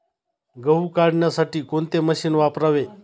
गहू काढण्यासाठी कोणते मशीन वापरावे?